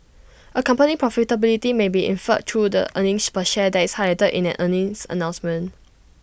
A company's profitability may be inferred through the earnings per share that is highlighted in an earnings announcement